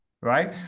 right